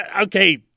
okay